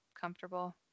comfortable